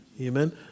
Amen